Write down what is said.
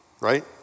right